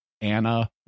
Anna